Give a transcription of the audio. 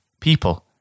people